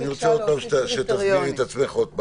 אני רוצה שתסבירי את עצמך עוד פעם.